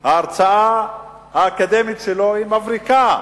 ההרצאה האקדמית שלו היא מבריקה,